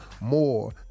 more